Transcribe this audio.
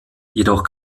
jedoch